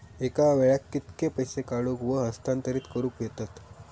एका वेळाक कित्के पैसे काढूक व हस्तांतरित करूक येतत?